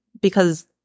because-